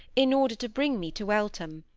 in order to bring me to eltham,